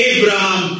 Abraham